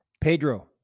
Pedro